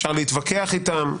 אפשר להתווכח איתם,